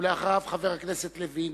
ואחריו, חבר הכנסת לוין.